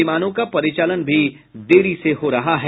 विमानों का परिचालन भी देरी से हो रहा है